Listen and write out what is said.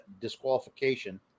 disqualification